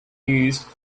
used